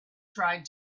tried